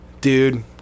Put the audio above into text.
Dude